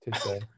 today